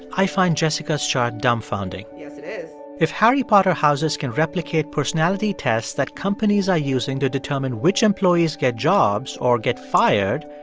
i find jessica's chart dumbfounding yes, it is if harry potter houses can replicate personality tests that companies are using to determine which employees get jobs or get fired,